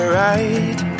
right